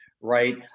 right